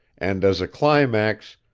and as a climax,